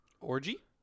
orgy